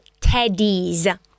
teddies